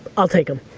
i'll take him,